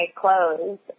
clothes